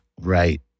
Right